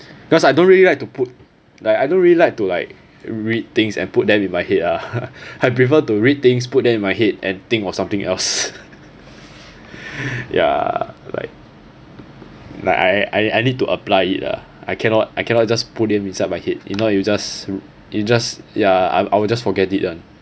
because I don't really like to put like I don't really like to like read things and put them in my head ah I prefer to read things put them in my head and think or something else ya like like I I need to apply it lah I cannot I cannot just put them inside my head you know you just you just ya I will just forget it [one]